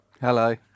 Hello